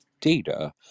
Data